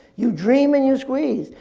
you dream and you squeeze.